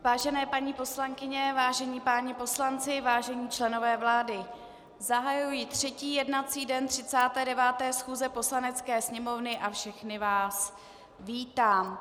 Vážené paní poslankyně, vážení páni poslanci, vážení členové vlády, zahajuji třetí jednací den 39. schůze Poslanecké sněmovny a všechny vás vítám.